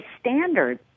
standard